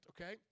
okay